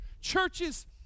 Churches